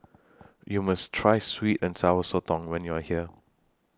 YOU must Try Sweet and Sour Sotong when YOU Are here